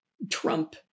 Trump